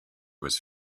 was